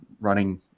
running